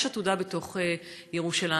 יש עתודה בתוך ירושלים.